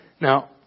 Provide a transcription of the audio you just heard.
Now